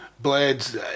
Blades